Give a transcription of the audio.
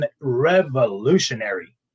revolutionary